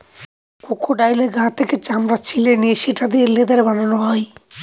ক্রোকোডাইলের গা থেকে চামড়া ছিলে নিয়ে সেটা দিয়ে লেদার বানানো হয়